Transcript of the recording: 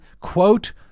quote